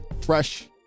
fresh